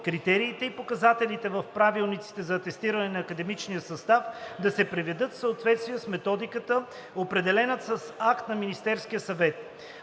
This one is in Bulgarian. критериите и показателите в правилниците за атестиране на академичния състав да се приведат в съответствие с методика, определена с акт на Министерския съвет.